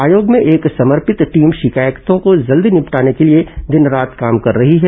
आयोग में एक समर्पित टीम शिकायतों को जल्दी निपटाने के लिए दिन रात काम कर रही है